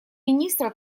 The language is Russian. министра